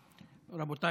והאכיפה,